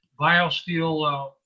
BioSteel